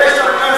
את אבו מאזן.